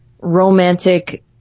romantic